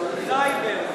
סייבר,